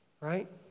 right